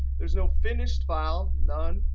there's no finished file. none.